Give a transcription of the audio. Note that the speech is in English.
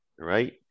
Right